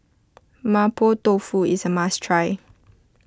Mapo Tofu is a must try